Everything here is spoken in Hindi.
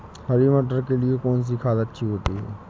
हरी मटर के लिए कौन सी खाद अच्छी होती है?